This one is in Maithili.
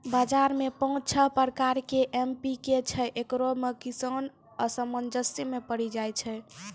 बाजार मे पाँच छह प्रकार के एम.पी.के छैय, इकरो मे किसान असमंजस मे पड़ी जाय छैय?